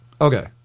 okay